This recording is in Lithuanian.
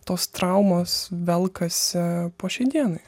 tos traumos velkasi po šiai dienai